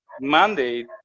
mandate